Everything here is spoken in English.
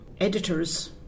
editors